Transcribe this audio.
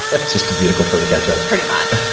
it's just a vehicle for the ketchup. pretty much.